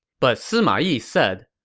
but sima yi said,